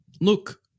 Look